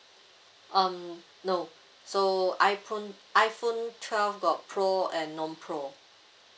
um no so iphone iphone twelve got pro and non pro